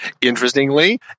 interestingly